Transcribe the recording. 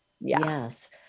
Yes